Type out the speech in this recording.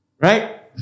Right